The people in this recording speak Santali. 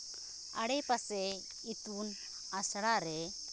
ᱟᱲᱮ ᱯᱟᱥᱮ ᱤᱛᱩᱱ ᱟᱥᱲᱟ ᱨᱮ